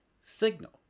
signal